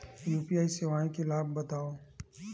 UPI सेवाएं के लाभ बतावव?